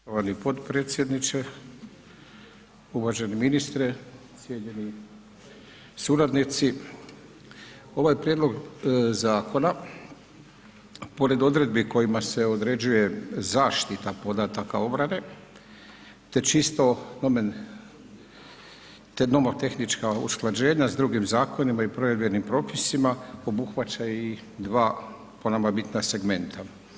Poštovani podpredsjedniče, uvaženi ministre, cijenjeni suradnici, ovaj prijedlog zakona pored odredbi kojima se određuje zaštita podataka obrane, te čisto …/nerazumljivo/… te nomotehnička usklađenja s drugim zakonima i provedbenim propisima obuhvaća i dva po nama bitna segmenta.